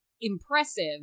impressive